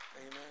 Amen